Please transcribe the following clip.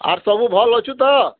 ଆର୍ ସବୁ ଭଲ୍ ଅଛୁ ତ